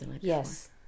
Yes